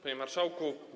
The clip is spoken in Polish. Panie Marszałku!